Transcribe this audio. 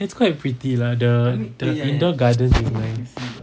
it's quite pretty lah the the indoor garden is nice